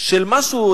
של משהו,